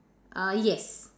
uh yes